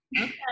okay